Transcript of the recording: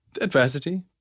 adversity